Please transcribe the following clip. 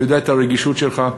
אני יודע את הרגישות שלך,